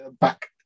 back